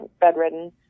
bedridden